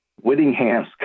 Whittingham's